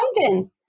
London